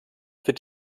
wird